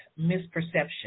misperception